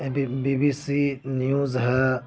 be B C news ہے